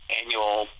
annual